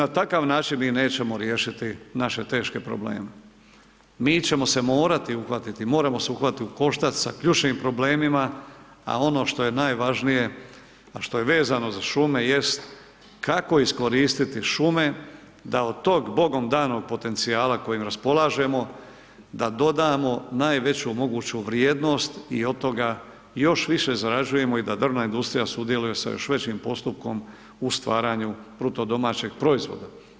Od na takav način mi nećemo riješiti naše teške probleme, mi ćemo se morati uhvatiti, moramo se uhvatiti u koštac sa ključnim problemima, a ono što je najvažnije a što je vezano za šume jest kako iskoristiti šume da od tog bogom danog potencijala kojim raspolažemo da dodamo najveću moguću vrijednost i od toga još više zarađujemo i da drvna industrija sudjeluje sa još većim postupkom u stvaranju bruto domaćeg proizvoda.